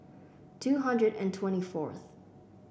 two hundred and twenty fourth